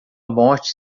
morte